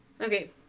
Okay